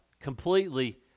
completely